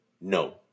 no